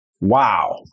wow